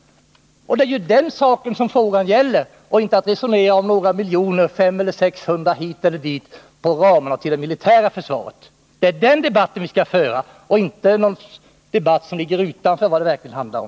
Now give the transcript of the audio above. Det är den saken frågan gäller — inte om 500 eller 600 miljoner skall anslås hit eller dit till ramarna för det militära försvaret. Vi skall inte föra en debatt som ligger utanför vad det verkligen handlar om.